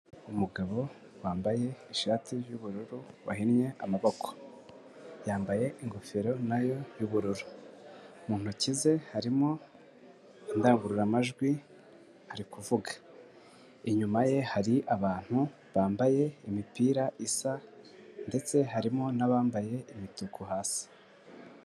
Umugabo wambaye ishati y'ubururu, wahinnye amaboko, yambaye ingofero na yo y'ubururu, mu ntoki ze harimo indangururamajwi ari kuvuga, inyuma ye hari abantu bambaye imipira isa ndetse harimo n'abambaye imituku hasi.